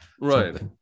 right